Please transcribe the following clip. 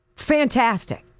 Fantastic